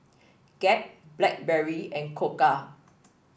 Gap Blackberry and Koka